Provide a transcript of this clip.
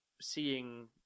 seeing